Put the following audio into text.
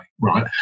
right